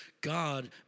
God